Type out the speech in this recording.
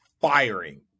firing